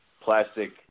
plastic